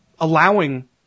allowing